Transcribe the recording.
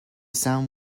sound